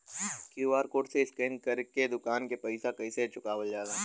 QR code से scan कर के दुकान के पैसा कैसे चुकावल जाला?